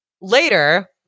later